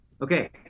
Okay